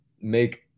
make